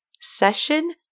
Session